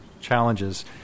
challenges